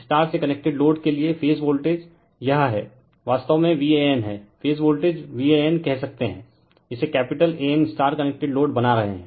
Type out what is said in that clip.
star से connected load के लिए फेज वोल्टेज यह हैं वास्तव में VAN है फेज वोल्टेज VAN कह सकते हैं इसे capital AN star connected load बना रहे हैं